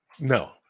No